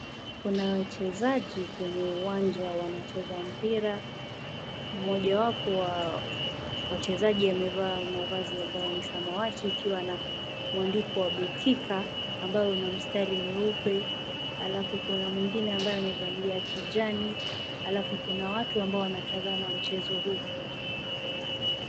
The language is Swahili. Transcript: Kuna wachezaji kwenye uwanja wanacheza mpira. Mmoja wapo wa wachezaji amevaa mavazi ambayo ni samawati ikiwa na mwandiko wa Betika ambao una mstari mweupe alafu kuna mwingine ambaye amevalia kijani alafu kuna watu ambao wanatazama mchezo huu.